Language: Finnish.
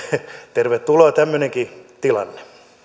tervetuloa tämmöinenkin tilanne